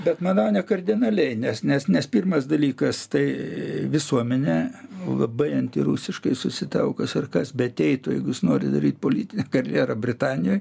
bet manau nekardinaliai nes nes nes pirmas dalykas tai visuomenė labai antirusiškai susitelkus ir kas beateitų jeigu jis nori daryt politinę karjerą britanijoj